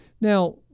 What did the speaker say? Now